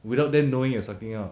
without them knowing you are sucking up